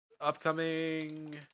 Upcoming